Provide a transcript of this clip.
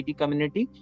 community